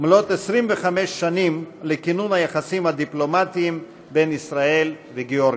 מלאת 25 שנים לכינון היחסים הדיפלומטיים בין ישראל וגיאורגיה.